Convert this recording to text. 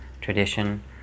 tradition